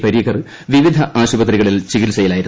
പരീക്കർ വിവിധ ആശുപത്രികളിൽ ചികിത്സയിലായിരുന്നു